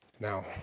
Now